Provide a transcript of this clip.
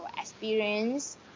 experience